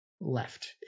left